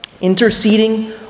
interceding